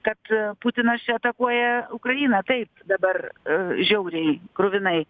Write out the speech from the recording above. kad putinas čia atakuoja ukrainą taip dabar žiauriai kruvinai